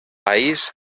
país